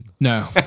No